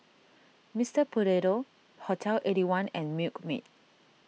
Mister Potato Hotel Eighty One and Milkmaid